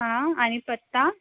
हां आणि पत्ता